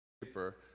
paper